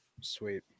sweet